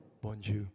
bonjour